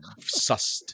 sussed